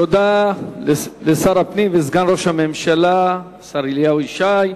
תודה לשר הפנים וסגן ראש הממשלה, השר אליהו ישי.